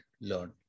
learn